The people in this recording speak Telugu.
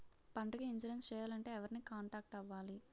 పంటకు ఇన్సురెన్స్ చేయాలంటే ఎవరిని కాంటాక్ట్ అవ్వాలి?